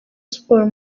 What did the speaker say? sports